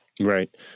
Right